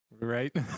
right